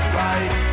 right